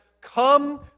come